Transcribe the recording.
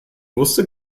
wusste